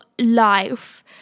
life